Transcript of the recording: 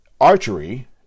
Archery